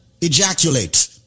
ejaculate